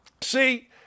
See